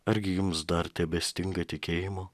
argi jums dar tebestinga tikėjimo